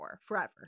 forever